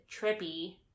trippy